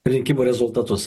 rinkimų rezultatus